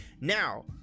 now